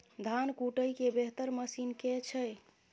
धान कुटय केँ बेहतर मशीन केँ छै?